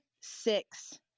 six